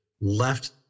left